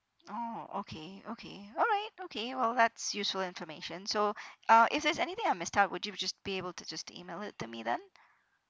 oh okay okay alright okay well that's useful information so uh if there's anything I missed out would you just be able to just email it to me then